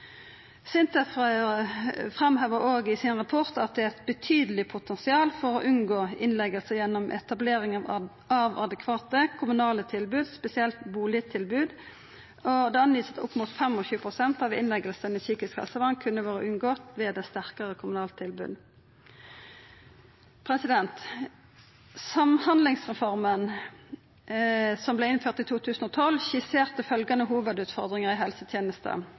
SINTEF framhevar òg i sin rapport at det er eit betydeleg potensial for å unngå innleggingar gjennom etablering av adekvate kommunale tilbod, spesielt bustadstilbod, og det vert angitt at opp mot 25 pst. av innleggingane i psykisk helsevern kunne vore unngått ved eit sterkare kommunalt tilbod. Samhandlingsreforma, som vart innført i 2012, skisserte følgjande hovudutfordringar i